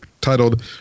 titled